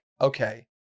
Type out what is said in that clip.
okay